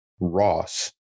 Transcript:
Ross